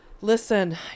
Listen